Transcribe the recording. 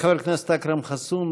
חבר הכנסת אכרם חסון,